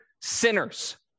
sinners